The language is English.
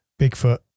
Bigfoot